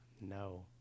No